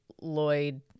Lloyd